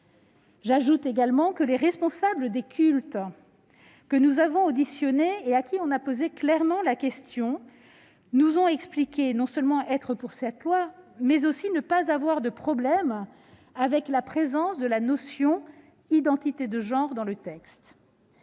J'ajoute également que les responsables des cultes que nous avons auditionnés et auxquels nous avons clairement posé la question nous ont expliqué non seulement être pour cette loi, mais aussi ne pas avoir de problème avec la présence de la notion d'identité de genre dans le texte.